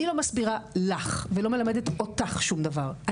אני לא מסבירה לך ולא מלמדת אותך שום דבר,